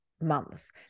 months